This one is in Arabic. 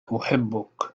أحبك